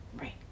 right